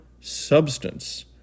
substance